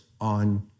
on